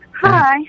Hi